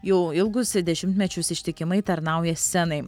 jau ilgus dešimtmečius ištikimai tarnauja scenai